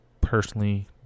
personally